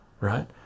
right